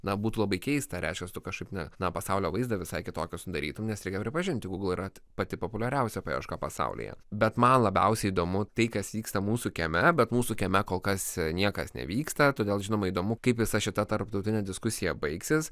na būtų labai keista reiškias tu kažkaip na na pasaulio vaizdą visai kitokį sudarytum nes reikia pripažinti gūgl yra pati populiariausia paieška pasaulyje bet man labiausiai įdomu tai kas vyksta mūsų kieme bet mūsų kieme kol kas niekas nevyksta todėl žinoma įdomu kaip visa šita tarptautinė diskusija baigsis